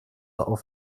auf